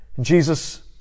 Jesus